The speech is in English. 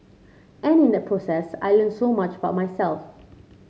and in that process I learnt so much about myself